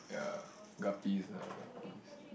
yeah guppies ah guppies